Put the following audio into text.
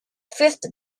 fifth